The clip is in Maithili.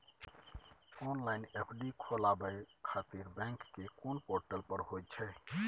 ऑनलाइन एफ.डी खोलाबय खातिर बैंक के कोन पोर्टल पर होए छै?